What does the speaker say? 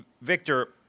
Victor